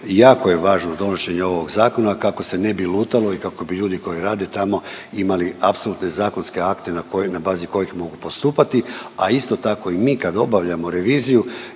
Jako je važno donošenje ovog zakona kako se ne bi lutalo i kako bi ljudi koji rade tamo imali apsolutne zakonske akte na bazi kojih mogu postupati, a isto tako i mi kad obavljamo reviziju